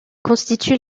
constitue